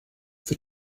für